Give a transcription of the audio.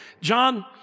John